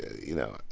you know,